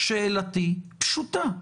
שאלתי פשוטה.